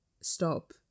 stop